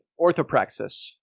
Orthopraxis